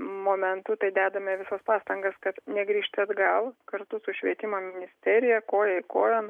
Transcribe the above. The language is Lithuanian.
momentų tai dedame visas pastangas kad negrįžt atgal kartu su švietimo ministerija koja kojon